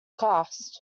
cast